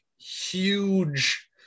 huge